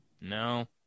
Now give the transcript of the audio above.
no